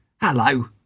Hello